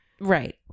Right